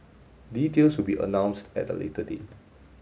details will be announced at a later date